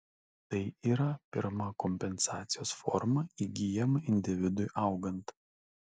tai yra pirma kompensacijos forma įgyjama individui augant